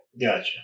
Gotcha